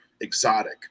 exotic